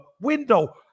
window